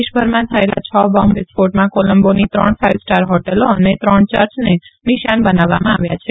દેશભરમાં થયેલા છ બોમ્બ વિસ્ફો માં કોલમ્બોની ત્રણ ફાઈવ સાર હો લો ને ત્રણ યર્ચને નિશાન બનાવવામાં આવ્યા છે